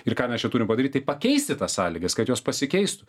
ir ką mes čia turim padaryt tai pakeisti tas sąlygas kad jos pasikeistų